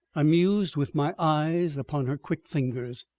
i mused with my eyes upon her quick fingers.